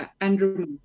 Andrew